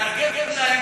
תעשה טובה.